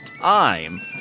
time